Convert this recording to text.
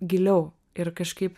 giliau ir kažkaip